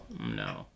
No